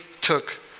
took